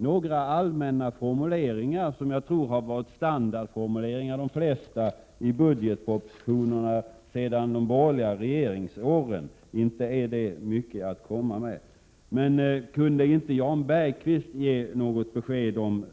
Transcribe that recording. Några allmänna formuleringar — jag tror att de flesta har varit standardformuleringar i budgetpropositionerna sedan de borgerliga regeringsåren — är inte mycket att komma med. Men om inte utskottets ordförande Jan Bergqvist kunde ge något besked om